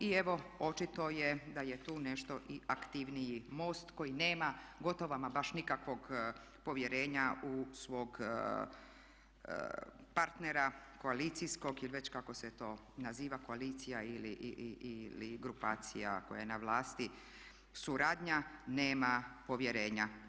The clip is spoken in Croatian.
I evo očito je da je tu nešto i aktivniji MOST koji nema gotovo ama baš nikakvog povjerenja u svog partnera, koalicijskog ili već kako se to naziva koalicija ili grupacija koja je na vlasti, suradnja nema povjerenja.